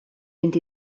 vint